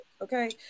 okay